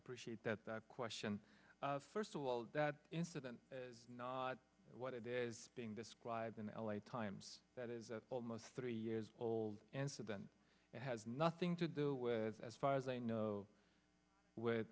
appreciate that question first of all that incident is not what it is being described in the l a times that is almost three years old and so then it has nothing to do with as far as i know with